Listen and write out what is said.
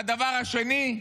והדבר השני,